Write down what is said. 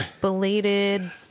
belated